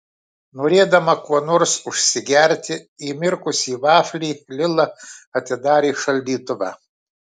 norėdama kuo nors užsigerti įmirkusį vaflį lila atidarė šaldytuvą